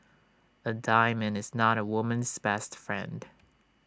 A diamond is not A woman's best friend